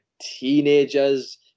teenager's